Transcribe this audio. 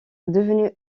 devenu